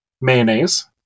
Mayonnaise